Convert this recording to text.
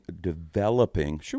Developing